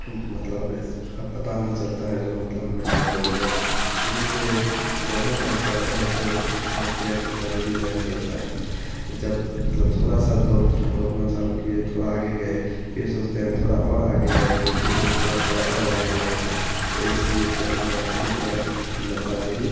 मतलब इससे पता नहीं चलता है जो मतलब हम इतना दौड़े जब शुरू में दौड़ना चालू करते हैं तो हम समझते हैं इतनी दूरी नहीं दौड़ पाएंगे जब मतलब थोड़ा सा दौड़ दौड़ना चालू किए थोड़ा आगे गए फ़िर सोचते हैं थोड़ा और आगे जाएंगे फ़िर सोचते हैं थोड़ा और आगे जाएंगे तो इसलिए जो है न इसी तरह लम्बी दूरी